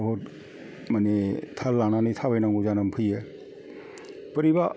बहुद माने थाल लानानै थाबायनांगौ जानानै फैयो बोरैबा